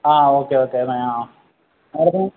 ആ okay okay മേടത്തിന്